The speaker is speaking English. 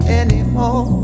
anymore